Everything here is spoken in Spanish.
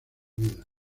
vida